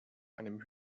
einem